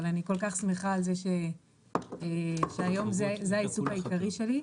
אני כל כך שמחה על כך שהיום זה העיסוק העיקרי שלי.